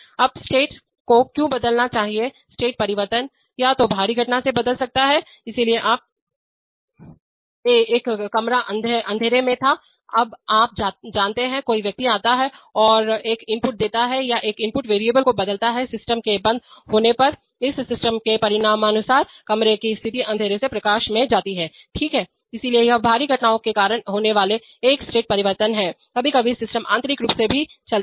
अब स्टेट को क्यों बदलना चाहिएस्टेट परिवर्तन या तो बाहरी घटना से बदल सकता है इसलिए आप इसलिए एक कमरा अंधेरे में था अब आप जानते हैं कोई व्यक्ति आता है और एक इनपुट देता है या एक इनपुट वेरिएबल को बदलता है सिस्टम के बंद होने पर इस सिस्टम के परिणामस्वरूप कमरे की स्थिति अंधेरे से प्रकाश में जाती है ठीक है इसलिए यह बाहरी घटनाओं के कारण होने वाला एक स्टेट परिवर्तन है कभी कभी सिस्टम आंतरिक रूप से भी चलते हैं